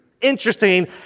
Interesting